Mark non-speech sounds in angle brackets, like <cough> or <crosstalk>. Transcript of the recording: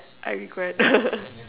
I regret <laughs>